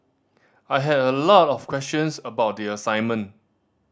I had a lot of questions about the assignment